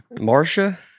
Marcia